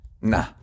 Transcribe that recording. nah